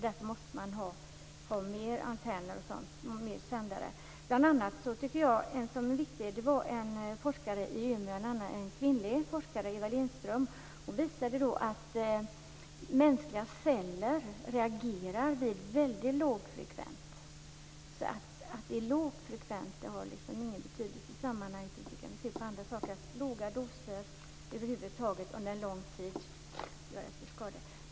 Man måste ha fler antenner och fler sändare. En kvinnlig forskare i Umeå, Eva Lindström, visade att mänskliga celler reagerar vid väldigt lågfrekvent strålning. Att det är lågfrekvent har ingen betydelse i sammanhanget. Vi kan se på andra områden att låga doser över huvud taget under en lång tid är skadliga.